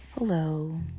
Hello